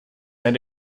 and